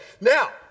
Now